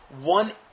one